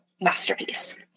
masterpiece